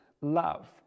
love